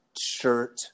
shirt